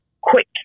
quick